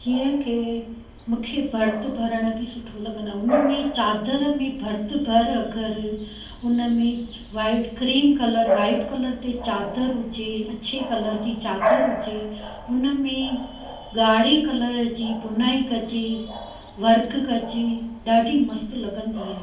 जीअं की मूंखे भर्तु भरण बि सुठो लॻंदो आहे हुन में चादर में भर्तु भर अगरि उन में white cream colour white colour ते चादरु हुजे अछे कलर जी चादर हुजे हुन में ॻाढ़े कलर जी बुनाई कजी वर्क कजे ॾाढी मस्तु लॻंदी आहे